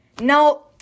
No